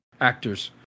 actors